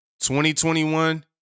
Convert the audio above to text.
2021